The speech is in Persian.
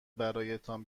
برایتان